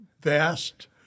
vast